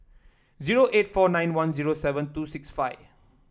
zero eight four nine one zero seven two six five